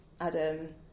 Adam